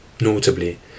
Notably